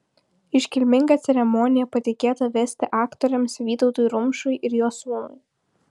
iškilmingą ceremoniją patikėta vesti aktoriams vytautui rumšui ir jo sūnui